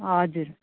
हजुर